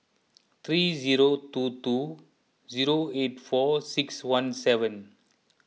three zero two two zero eight four six one seven